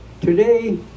Today